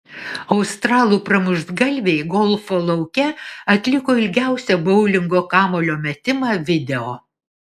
australų pramuštgalviai golfo lauke atliko ilgiausią boulingo kamuolio metimą video